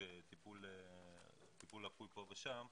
מטיפול לקוי פה ושם,